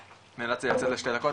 נאלצתי לצאת לשתי דקות,